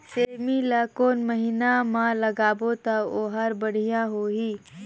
सेमी ला कोन महीना मा लगाबो ता ओहार बढ़िया होही?